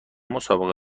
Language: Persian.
مسابقه